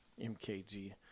MKG